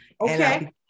Okay